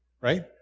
right